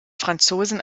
franzosen